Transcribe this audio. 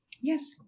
Yes